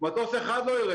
מטוס אחד לא ירד